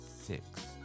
six